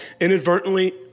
inadvertently